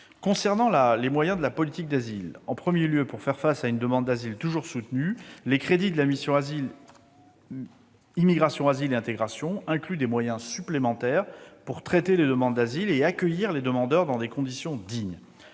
question des moyens de la politique d'asile. Tout d'abord, pour faire face à une demande d'asile toujours soutenue, les crédits de la mission « Immigration, asile et intégration » incluent des moyens supplémentaires pour traiter les demandes d'asile et accueillir les demandeurs dans des conditions dignes.